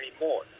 anymore